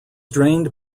drained